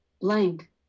blank